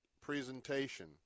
presentation